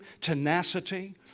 tenacity